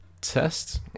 test